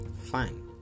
fine